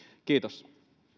kiitos